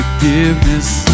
Forgiveness